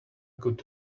good